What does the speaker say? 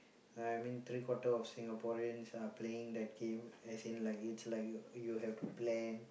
I mean three quarter of Singaporeans are playing that game as in like it's like y~ you have to plan